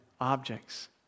objects